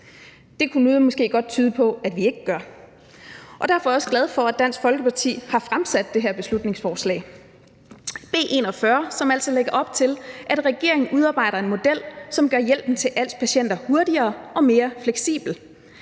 Det kunne noget måske godt tyde på at vi ikke gør, og derfor er jeg også glad for, at Dansk Folkeparti har fremsat det her beslutningsforslag, B 41, som altså lægger op til, at regeringen udarbejder en model, som gør hjælpen til als-patienter hurtigere og mere fleksibel.